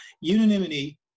unanimity